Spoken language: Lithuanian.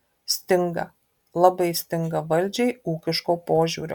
stinga labai stinga valdžiai ūkiško požiūrio